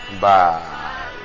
bye